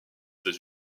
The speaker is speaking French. états